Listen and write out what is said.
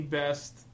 best